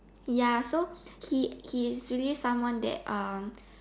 ya so he he is really someone that um